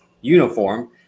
uniform